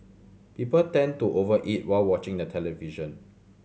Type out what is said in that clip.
people tend to over eat while watching the television